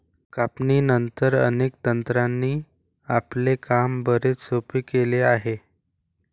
कापणीनंतर, अनेक तंत्रांनी आपले काम बरेच सोपे केले आहे